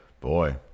Boy